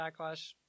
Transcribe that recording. backlash